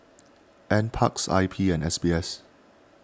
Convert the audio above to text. N Parks I P and S B S